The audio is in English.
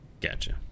Gotcha